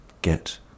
Get